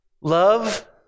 Love